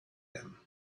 them